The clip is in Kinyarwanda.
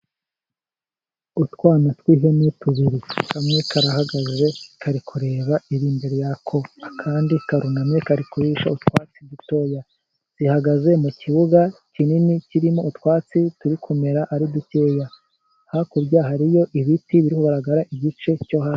Utwana tw'ihene tubiri kamwe karahagaze kari kureba iri imbere yako, akandi karunami kari kurisha utwatsi dutoya. Duhagaze mu kibuga kinini kirimo utwatsi turi kumera ari dukeya. Hakurya hariyo ibiti bigaragara igice cyo hasi.